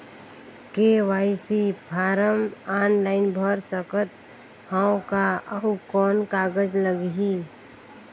KYC form online भर सकत हवं का? अउ कौन कागज लगही?